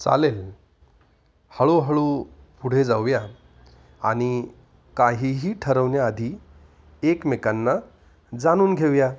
चालेल हळूहळू पुढे जाऊया आणि काहीही ठरवण्याआधी एकमेकांना जाणून घेऊया